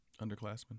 underclassmen